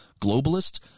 globalists